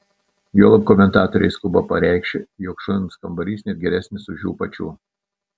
juolab komentatoriai skuba pareikši jog šuns kambarys net geresnis už jų pačių